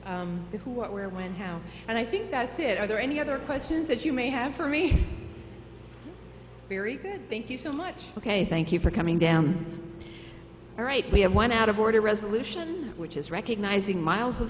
who what where when how and i think that's it are there any other questions that you may have for me very good thank you so much ok thank you for coming down all right we have one out of order resolution which is recognizing miles of